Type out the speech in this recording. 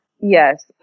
Yes